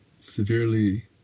severely